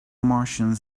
martians